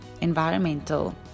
environmental